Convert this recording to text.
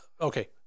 Okay